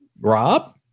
rob